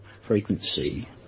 frequency